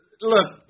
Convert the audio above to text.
look